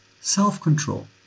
self-control